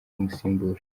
umusimbura